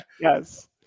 Yes